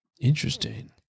Interesting